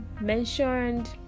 mentioned